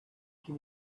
can